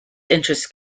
interests